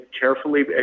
carefully